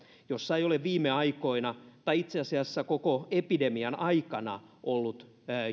jossa ei ole viime aikoina tai itse asiassa koko epidemian aikana ollut